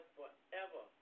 forever